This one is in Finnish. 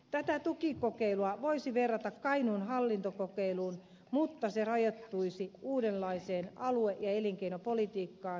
tätä tukikokeilua voisi verrata kainuun hallintokokeiluun mutta se rajoittuisi uudenlaiseen alue ja elinkeinopolitiikkaan